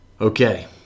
Okay